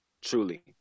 truly